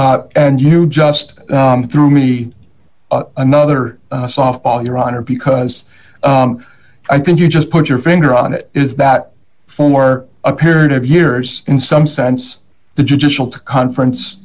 and and you just threw me another softball your honor because i think you just put your finger on it is that for a period of years in some sense the judicial conference